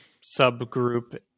subgroup